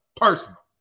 Personal